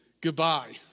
goodbye